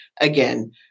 Again